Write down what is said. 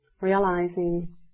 realizing